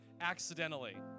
accidentally